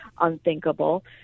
unthinkable